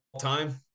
time